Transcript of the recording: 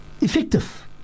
effective